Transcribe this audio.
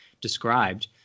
described